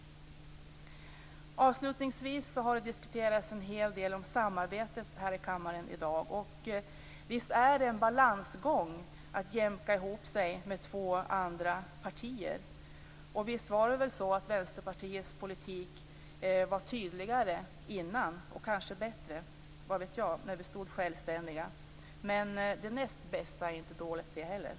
Det har i dag här i denna kammare diskuterats en hel del om samarbetet. Visst är det en balansgång att jämka ihop sig med två andra partier, och visst är det väl så att Vänsterpartiets politik var tydligare innan, och kanske bättre - vad vet jag? - när vi stod självständiga, men det näst bästa är heller inte dåligt.